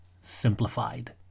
simplified